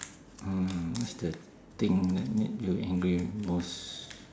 mm what's the thing that made you angry most